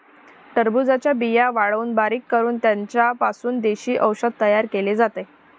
टरबूजाच्या बिया वाळवून बारीक करून त्यांचा पासून देशी औषध तयार केले जाते